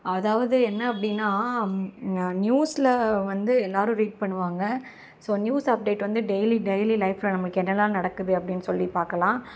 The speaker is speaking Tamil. அதாவது என்ன அப்படின்னா நியூஸ்ல வந்து எல்லாரும் ரீட் பண்ணுவாங்கள் ஸோ நியூஸ் அப்டேட் வந்து டெய்லி டெய்லி லைஃப்ல நமக்கு என்னெல்லாம் நடக்குது அப்படின்னு சொல்லி பார்க்கலாம்